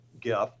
gift